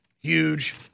huge